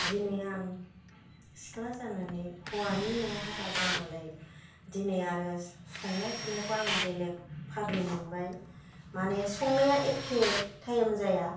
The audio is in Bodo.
दिनै आं सिख्ला जानानै हौवानि न'आव हाबा जानानै दिनै आरो संनाय खुरनायखौ आङो बेलेग फागो मोनबाय माने संनाया एखे टाइम जाया